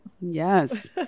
yes